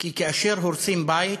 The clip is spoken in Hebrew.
כי כאשר הורסים בית,